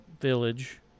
Village